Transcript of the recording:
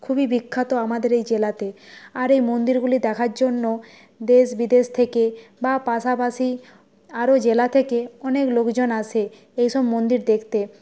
খুবই বিখ্যাত আমাদের এই জেলাতে আর এই মন্দিরগুলি দেখার জন্য দেশ বিদেশ থেকে বা পাশাপাশি আরও জেলা থেকে অনেক লোকজন আসে এইসব মন্দির দেখতে